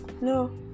no